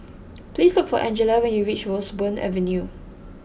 please look for Angela when you reach Roseburn Avenue